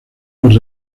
los